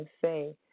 say